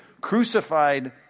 crucified